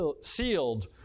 sealed